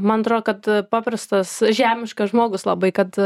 man atrodo kad paprastas žemiškas žmogus labai kad